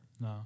No